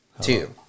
Two